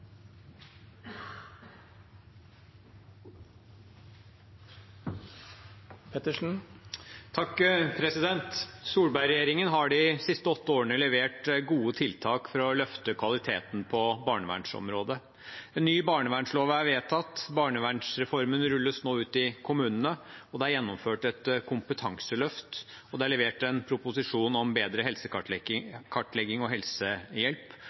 har de siste åtte årene levert gode tiltak for å løfte kvaliteten på barnevernsområdet. Ny barnevernslov er vedtatt, barnevernsreformen rulles nå ut i kommunene, det er gjennomført et kompetanseløft, det er levert en proposisjon om bedre helsekartlegging og helsehjelp,